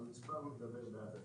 המספר מדבר בעד עצמו.